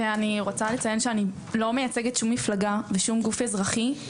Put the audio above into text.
ואני רוצה לציין שאני לא מייצגת שום מפלגה ושום גוף אזרחי.